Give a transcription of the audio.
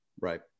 Right